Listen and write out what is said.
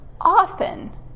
often